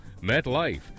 MetLife